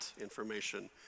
information